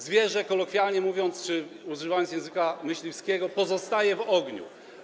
Zwierzę, kolokwialnie mówiąc czy używając języka myśliwskiego, pozostaje w ogniu.